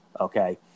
Okay